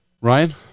Ryan